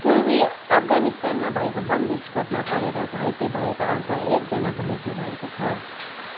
पूर्वी अफगानिस्तानमा भएको बम विस्फोटमा परेर घाइते भएका अर्का एक जनाको मृत्यु भएको छ